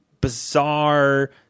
bizarre